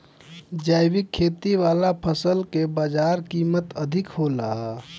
जैविक खेती वाला फसल के बाजार कीमत अधिक होला